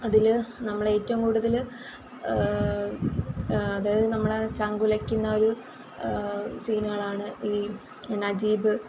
അതിൽ നമ്മൾ ഏറ്റവും കൂടുതൽ അതായത് നമ്മളെ ചങ്കുലയ്ക്കുന്നൊരു സീനുകളാണ് ഈ നജീബ്